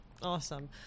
awesome